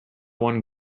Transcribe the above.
one